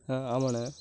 ஆ ஆமாண்ணே